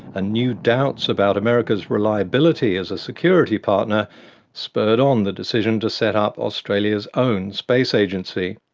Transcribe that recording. ah new doubts about america's reliability as a security partner spurred on the decision to set up australia's own space agency.